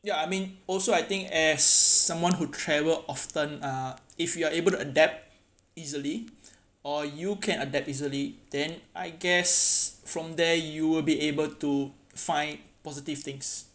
ya I mean also I think as someone who travel often uh if you are able to adapt easily or you can adapt easily then I guess from there you will be able to find positive things